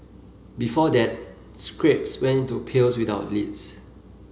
before that scraps went into pails without lids